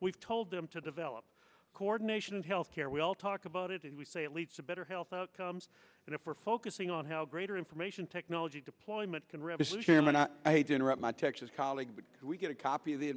we've told them to develop coordination in health care we all talk about it and we say it leads to better health outcomes and if we're focusing on how great or information technology deployment can revolutionary and i had dinner at my texas colleague we get a copy of the